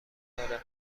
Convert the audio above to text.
داره